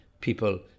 people